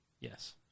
Yes